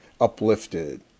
uplifted